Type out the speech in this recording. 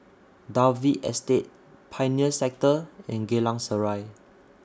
Dalvey Estate Pioneer Sector and Geylang Serai